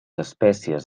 espècies